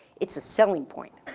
it's a selling point.